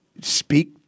speak